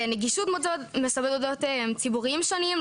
לנגישות מוסדות ציבוריים שונים,